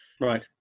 right